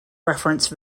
reference